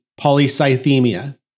Polycythemia